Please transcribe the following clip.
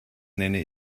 nenne